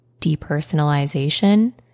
depersonalization